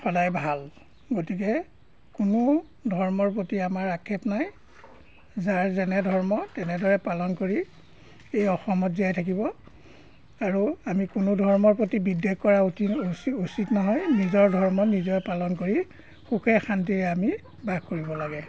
সদায় ভাল গতিকে কোনো ধৰ্মৰ প্ৰতি আমাৰ আক্ষেপ নাই যাৰ যেনে ধৰ্ম তেনেদৰে পালন কৰি এই অসমত জীয়াই থাকিব আৰু আমি কোনো ধৰ্মৰ প্ৰতি বিদ্বেগ কৰা অতি উচি উচিত নহয় নিজৰ ধৰ্ম নিজে পালন কৰি সুখে শান্তিৰে আমি বাস কৰিব লাগে